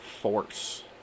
force